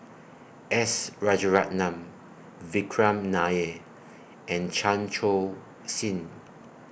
S Rajaratnam Vikram Nair and Chan Sin